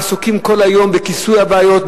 הם עסוקים כל היום בכיסוי הבעיות,